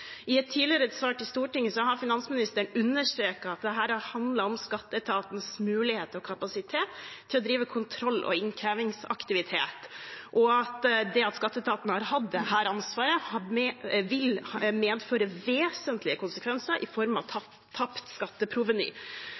I et tidligere svar til Stortinget har finansministeren understreket at dette har handlet om skatteetatens mulighet og kapasitet til å drive kontroll og innkrevingsaktivitet, og at det at skatteetaten har hatt dette ansvaret, vil medføre vesentlige konsekvenser i form av tapt skatteproveny.